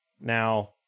Now